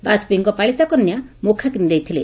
ବାଜପେୟୀଙ୍କ ପାଳିତା କନ୍ୟା ମୁଖାଗି ଦେଇଥିଲେ